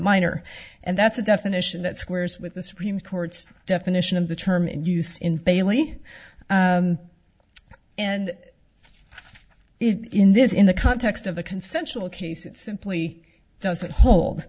minor and that's a definition that squares with the supreme court's definition of the term in use in failing and in this in the context of the consensual case it simply doesn't hold